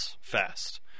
fast